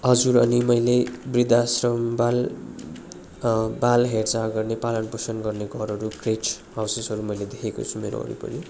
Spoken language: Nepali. हजुर अनि मैले वृद्धाश्रम बाल बाल हेरचाह गर्ने पालन पोषण गर्ने घरहरू क्रेच हाउसेसहरू मैले देखेको छु मेरो वरिपरि